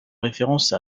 référence